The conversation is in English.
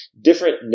different